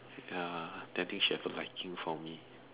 ya then think she have a liking for me